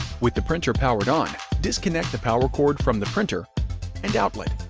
with the printer powered on, disconnect the power cord from the printer and outlet.